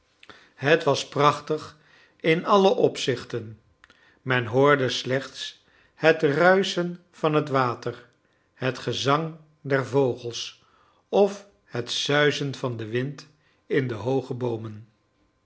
het was prachtig in alle opzichten men hoorde slechts het ruischen van het water het gezang der vogels of het suizen van den wind in de hooge boomen